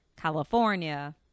California